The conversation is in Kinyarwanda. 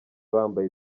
bambaye